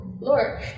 Lord